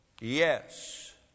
Yes